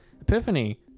epiphany